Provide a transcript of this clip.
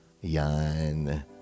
Yan